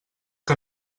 que